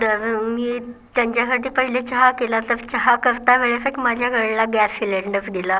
तर मी त्यांच्यासाठी पहिले चहा केला तर चहा करता वेळेसच माझ्याकडला गॅस सिलेंडर गेला